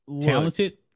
Talented